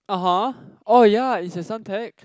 (uh huh) oh ya it's at Suntec